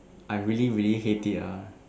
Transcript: I really really hate it ah